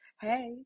hey